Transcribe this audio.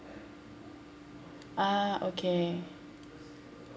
ah okay